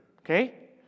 Okay